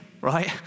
right